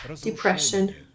depression